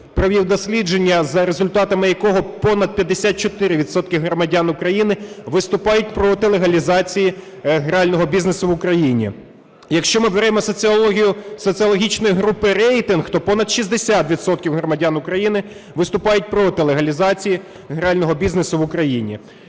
провів дослідження, за результатами якого понад 54 відсотки громадян України виступають проти легалізації грального бізнесу в Україні. Якщо ми беремо соціологію соціологічної групи "Рейтинг", то понад 60 відсотків громадян України виступають проти легалізації грального бізнесу в Україні.